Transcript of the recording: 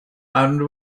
and